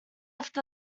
left